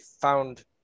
found